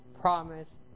promise